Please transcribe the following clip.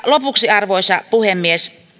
lopuksi arvoisa puhemies